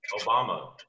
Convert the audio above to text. Obama